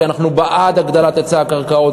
כי אנחנו בעד הגדלת היצע הקרקעות.